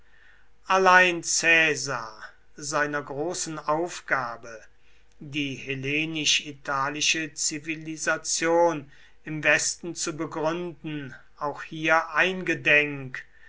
allein caesar seiner großen aufgabe die hellenisch italische zivilisation im westen zu begründen auch hier eingedenk